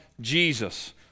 Jesus